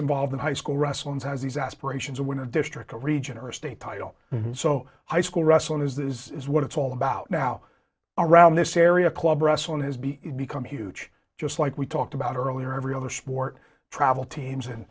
involved in high school wrestling has these aspirations of when a district a region or a state title so high school wrestling is that is what it's all about now around this area club wrestling has been become huge just like we talked about earlier every other sport travel teams